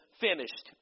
finished